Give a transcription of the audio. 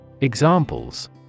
Examples